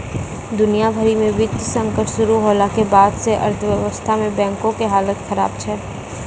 दुनिया भरि मे वित्तीय संकट शुरू होला के बाद से अर्थव्यवस्था मे बैंको के हालत खराब छै